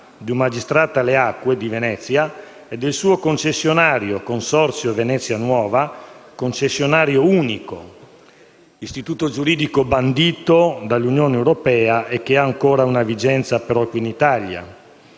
del Magistrato alle acque di Venezia e del concessionario Consorzio Venezia nuova, concessionario unico, istituto giuridico bandito dall'Unione europea e che ha ancora una vigenza solo qui in Italia.